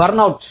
burnout